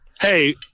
Hey